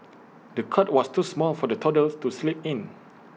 the cot was too small for the toddler to sleep in